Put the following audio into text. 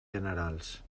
generals